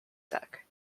deck